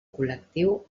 col·lectiu